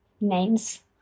names